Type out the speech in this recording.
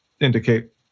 indicate